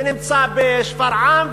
ונמצא בשפרעם,